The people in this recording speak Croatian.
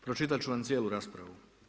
Pročitat ću vam cijelu raspravu.